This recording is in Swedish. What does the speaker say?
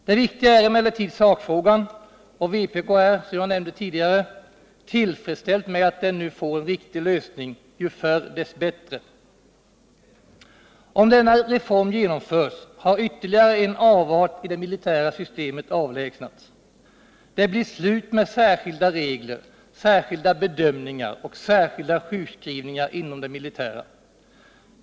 Det viktiga är emellertid sakfrågan och vpk är, som jag nämnde tidigare, tillfredställt med att den nu får en riktig lösning, ju förr dess bättre. Om denna reform genomförs har ytterligare en avart i det militära systemet avlägsnats. Det blir slut med särskilda regler, särskilda bedömningar och särskilda sjukskrivningar inom det militära.